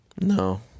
No